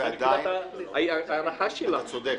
אתה צודק,